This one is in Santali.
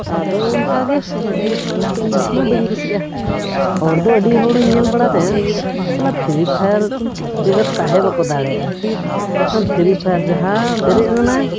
ᱟᱫᱚ ᱚᱱᱠᱟᱜᱮ ᱴᱷᱤᱠ ᱢᱟ ᱵᱟᱹᱧ ᱠᱩᱥᱤᱜᱼᱟ ᱦᱚᱲᱫᱚ ᱟᱹᱰᱤ ᱦᱚᱲᱤᱧ ᱧᱮᱞ ᱵᱟᱲᱟ ᱨᱮ ᱥᱟᱞᱟ ᱯᱷᱨᱤ ᱯᱷᱟᱭᱟᱨ ᱵᱮᱜᱚᱨ ᱛᱟᱦᱮᱸ ᱵᱟᱠᱚ ᱫᱟᱲᱮᱭᱟᱜᱼᱟ ᱚᱱᱟ ᱯᱷᱨᱤ ᱯᱷᱟᱭᱟᱨ ᱡᱟᱦᱟᱸ ᱵᱮᱨᱮᱫ ᱮᱱᱟᱭ